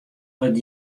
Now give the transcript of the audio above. wat